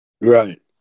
Right